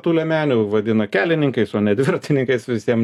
tų liemenių vadina kelininkais o ne dviratininkais visiem